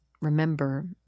remember